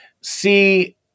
see